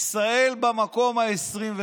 כל אלה, ישראל במקום ה-23.